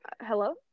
hello